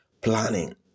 planning